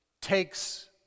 Takes